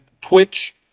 Twitch